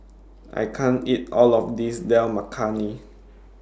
I can't eat All of This Dal Makhani